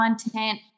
content